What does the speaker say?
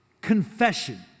confession